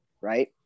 Right